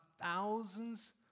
thousands